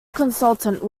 consultant